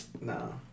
No